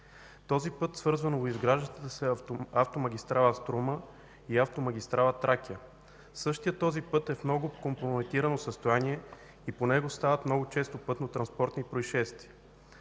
Този път свързва новоизграждащата се автомагистрала „Струма” и автомагистрала „Тракия”. Същият път е в много компрометирано състояние и по него стават много често пътнотранспортни произшествия.